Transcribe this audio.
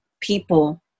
people